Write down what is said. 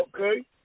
okay